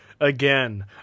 Again